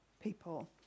people